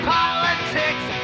politics